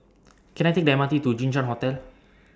Can I Take The M R T to Jinshan Hotel